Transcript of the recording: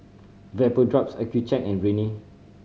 Vapodrops Accucheck and Rene